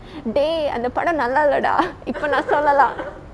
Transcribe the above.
dey அந்த படொ நல்லா இல்லேடா இப்ப நா சொல்லலே:antha pado nalla illeda ippe naa sollalae